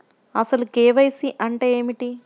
అసలు కే.వై.సి అంటే ఏమిటి?